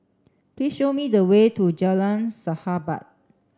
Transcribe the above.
please show me the way to Jalan Sahabat